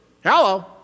Hello